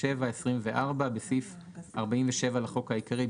4724. בסעיף 47 לחוק העיקרי,